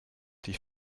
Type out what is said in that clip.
dich